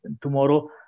tomorrow